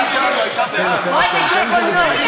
זה לא עובד ככה.